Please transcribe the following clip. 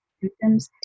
symptoms